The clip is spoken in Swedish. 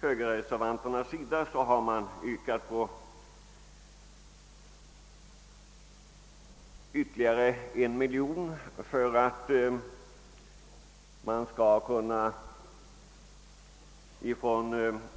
Högerreservanterna har yrkat på ytterligare en miljon kronor för att Kungl. Maj:t skall